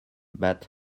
but